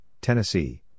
Tennessee